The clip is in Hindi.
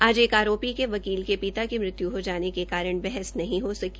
आज एक आरोपी के वकील के पिता की मृत्यु हो जाने के कारण बहस नहीं का सकी